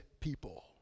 people